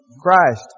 Christ